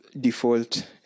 default